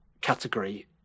category